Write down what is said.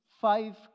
five